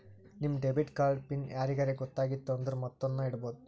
ನಿಮ್ debit card PIN ಯಾರಿಗರೇ ಗೊತ್ತಾಗಿತ್ತು ಅಂದುರ್ ಮತ್ತೊಂದ್ನು ಇಡ್ಬೋದು